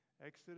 exodus